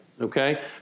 okay